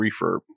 refurb